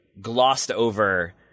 glossed-over